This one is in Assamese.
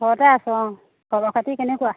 ঘৰতে আছোঁ অ খৰৰ খাতি কেনেকুৱা